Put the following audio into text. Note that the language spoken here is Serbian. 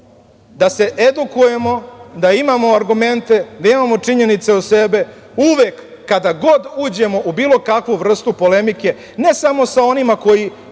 da se edukujemo, da imamo argumente, da imamo činjenice uz sebe, uvek, kada god uđemo u bilo kakvu vrstu polemike, ne samo sa onima koji